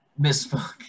misspoke